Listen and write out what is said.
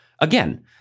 Again